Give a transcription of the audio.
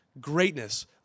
greatness